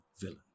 villain